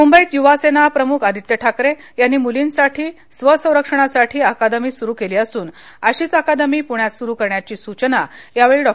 मुंबईत युवा सेना प्रमुख आदित्य ठाकरे यांनी मुलींसाठी स्वसंरक्षणासाठी अकादमी सुरू केली असून अशीच अकादमी पृण्यात सुरू करण्याची सूचना यावेळी डॉ